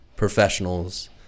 professionals